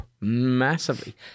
massively